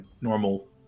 normal